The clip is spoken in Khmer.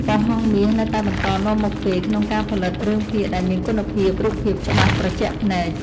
ប៉ុស្តិ៍ហង្សមាសនៅតែបន្តនាំមុខគេក្នុងការផលិតរឿងភាគដែលមានគុណភាពរូបភាពច្បាស់ត្រជាក់ភ្នែក។